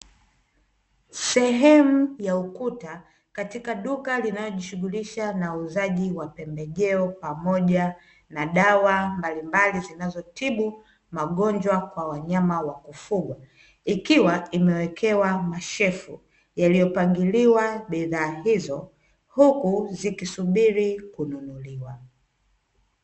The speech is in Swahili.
Sehemu ya ukuta katika duka linalojihusisha na uuzaji wa pembejeo pamoja na dawa mbalimbali zinazotibu magonjwa kwa wanyama wa kufugwa, ikiwa imeekewa mashelfu yaliyopangiliwa bidhaa hizo huku zikisubiri kununuliwa.